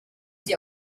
sie